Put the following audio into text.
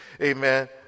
amen